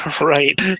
Right